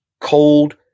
cold